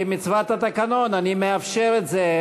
כמצוות התקנון אני מאפשר את זה.